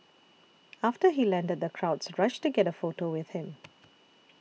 after he landed the crowds rushed to get a photo with him